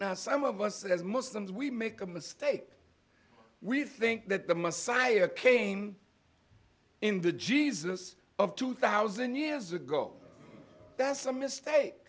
now some of us as muslims we make a mistake we think that the messiah came in the jesus of two thousand years ago that's a mistake